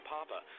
Papa